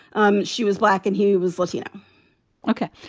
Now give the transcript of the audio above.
um she was black and he was latino ok.